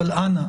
אבל אנא,